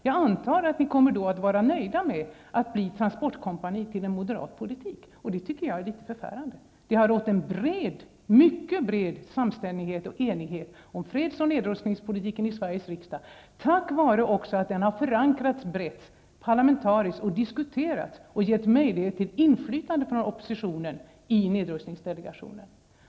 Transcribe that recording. Jag antar att dessa partier då kommer att vara nöjda med att bli transportkompani till en moderat politik. Det tycker jag är förfärande. Det har rått en mycket bred samstämmighet och enighet om freds och nedrustningspolitiken i Sveriges riksdag tack vare att den har förankrats brett parlamentariskt och diskuterats, vilket har gett möjlighet till inflytande från oppositionen i nedrustningsdelegationen.